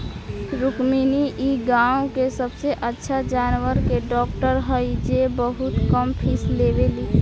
रुक्मिणी इ गाँव के सबसे अच्छा जानवर के डॉक्टर हई जे बहुत कम फीस लेवेली